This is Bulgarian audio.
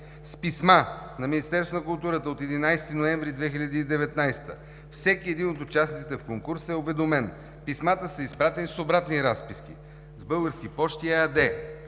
културата от 11 ноември 2019 г. всеки един от участниците в конкурса е уведомен. Писмата са изпратени с обратни разписки с „Български пощи“ ЕАД.